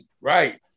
right